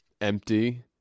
empty